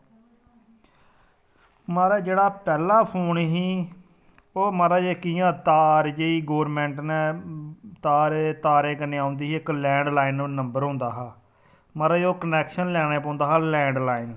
महाराज जेह्ड़ा पैहला फोन ही ओह् महाराज इक इ'यां तार जेही गौरमेंट ने तारे तारे कन्नै ओंदी ही इक लैंडलाइन नम्बर होंदा हा महाराज ओह् कनेक्शन लैने पौंदा हा लैंडलाइन